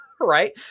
right